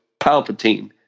Palpatine